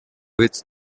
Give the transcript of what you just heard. which